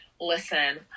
Listen